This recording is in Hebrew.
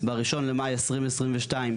בראשון במאי 2022,